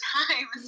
time